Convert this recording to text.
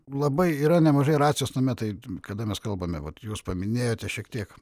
labai yra nemažai racijos tame tai kada mes kalbame vat jūs paminėjote šiek tiek